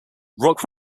rock